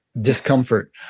discomfort